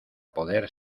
poder